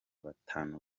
batanu